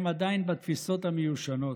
הם עדיין בתפיסות המיושנות,